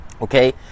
Okay